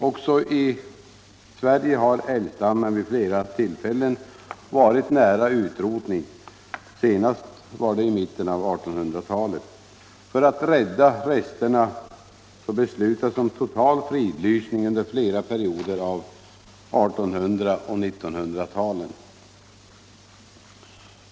Också i Sverige har älgstammen vid flera tillfällen varit nära utrotning, senast i mitten av 1800-talet. För att rädda resterna beslutades om total fridlysning under flera perioder av 1800 och 1900-talen.